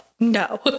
No